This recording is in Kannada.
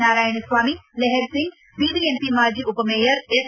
ನಾರಾಯಣಸ್ವಾಮಿ ಲೆಹರ್ ಸಿಂಗ್ ಬಿಬಿಎಂಪಿ ಮಾಜಿ ಉಪಮೇಯರ್ ಎಸ್